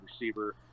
receiver